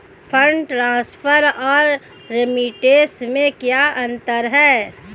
Fund transfer और remittance में क्या अंतर है?